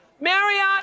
Marriott